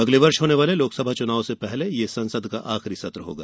अगले वर्ष होने वाले लोकसभा चुनाव से पहले यह संसद का आखिरी सत्र होगा